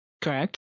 Correct